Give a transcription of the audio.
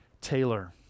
Taylor